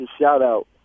shout-out